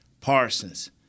Parsons